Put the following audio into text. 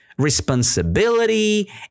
responsibility